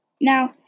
Now